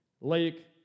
lake